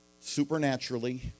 supernaturally